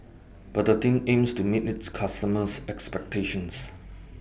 Betadine aims to meet its customers' expectations